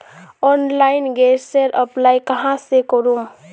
Online गैसेर apply कहाँ से करूम?